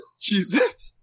Jesus